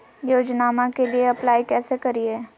योजनामा के लिए अप्लाई कैसे करिए?